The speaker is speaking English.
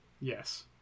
Yes